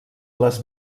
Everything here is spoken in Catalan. les